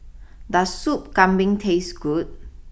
does Soup Kambing taste good